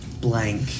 blank